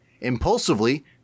impulsively